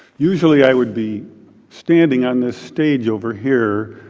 usually, i would be standing on this stage over here,